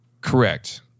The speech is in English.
Correct